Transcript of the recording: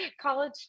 college